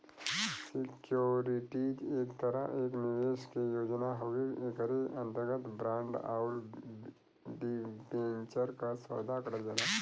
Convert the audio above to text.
securities एक तरह एक निवेश के योजना हउवे एकरे अंतर्गत बांड आउर डिबेंचर क सौदा करल जाला